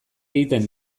egiten